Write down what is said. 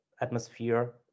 atmosphere